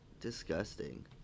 disgusting